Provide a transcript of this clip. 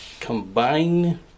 combine